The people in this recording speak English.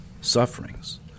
sufferings